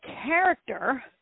character